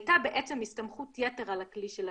הייתה בעצם הסתמכות יתר על הכלי של השב"כ.